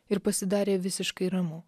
ir pasidarė visiškai ramu